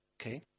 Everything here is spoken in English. Okay